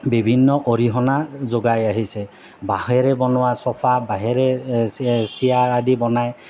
বিভিন্ন অৰিহণা যোগাই আহিছে বাঁহেৰে বনোৱা চফা বাঁহেৰে চেয়াৰ আদি বনাই